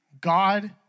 God